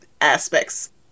aspects